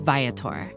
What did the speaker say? Viator